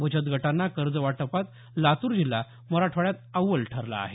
बचत गटांना कर्ज वाटपात लातूर जिल्हा मराठवाड्यात अव्वल ठरला आहे